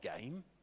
game